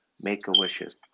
make-a-wishes